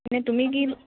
এনেই তুমি কি